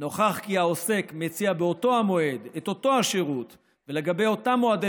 נוכח כי העוסק מציע באותו המועד את אותו השירות ולגבי אותם מועדי